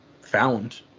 found